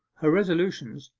her resolutions,